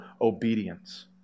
obedience